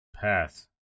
Pass